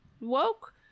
woke